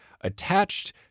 attached